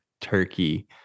Turkey